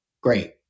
great